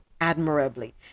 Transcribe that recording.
admirably